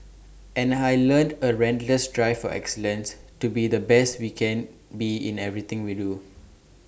and I learnt A relentless drive for excellence to be the best we can be in everything we do